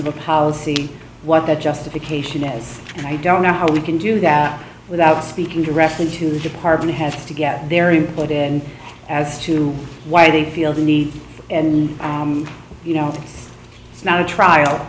the policy what that justification as i don't know how we can do that without speaking directly to the department has to get their input in as to why they feel the need and you know it's not a trial